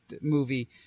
movie